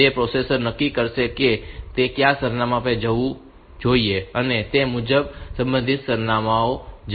તેથી પ્રોસેસર નક્કી કરશે કે તેણે કયા સરનામે જવું જોઈએ અને તે મુજબ તે સંબંધિત સરનામે જશે